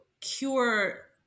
cure